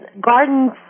gardens